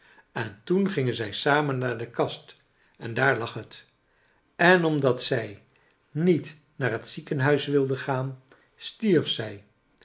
en toen gingen zij samen naar de kast en daar lag het en omdat zij niet naar het ziekenhuis wilde gaan stierf zij